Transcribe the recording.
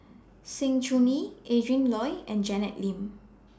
Sng Choon Yee Adrin Loi and Janet Lim